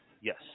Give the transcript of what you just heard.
yes